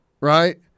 right